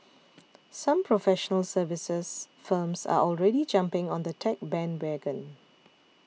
some professional services firms are already jumping on the tech bandwagon